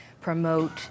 promote